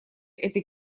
этой